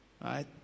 right